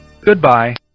Goodbye